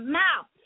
mouth